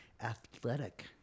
Athletic